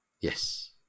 Yes